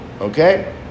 Okay